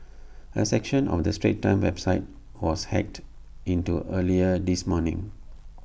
A section of the straits times website was hacked into earlier this morning